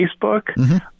Facebook